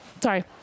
sorry